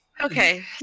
Okay